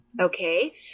okay